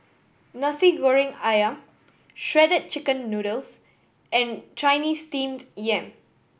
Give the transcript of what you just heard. Nasi Goreng Ayam Shredded Chicken Noodles and Chinese Steamed Yam